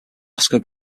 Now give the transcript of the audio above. oscar